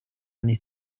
anni